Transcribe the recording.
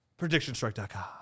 Predictionstrike.com